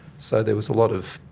so there was a lot of